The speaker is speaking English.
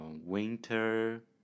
winter